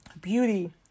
beauty